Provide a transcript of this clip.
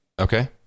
okay